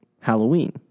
Halloween